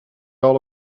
all